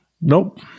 Nope